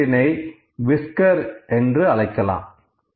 இந்த கோட்டினை விஸ்கர் என்று அழைக்கலாம்